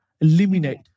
Eliminate